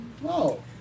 Whoa